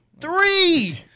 Three